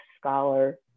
scholar